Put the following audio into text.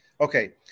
Okay